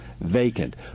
vacant